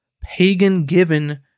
pagan-given